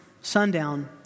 sundown